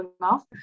enough